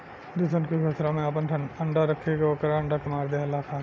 दुश्मन के घोसला में आपन अंडा राख के ओकर अंडा के मार देहलखा